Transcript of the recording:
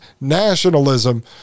nationalism